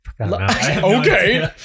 Okay